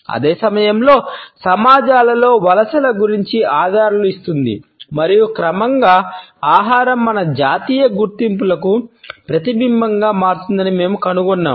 అదే సమయంలో సమాజాలలో వలసల గురించి ఆధారాలు ఇస్తుంది మరియు క్రమంగా ఆహారం మన జాతీయ గుర్తింపులకు ప్రతిబింబంగా మారుతుందని మేము కనుగొన్నాము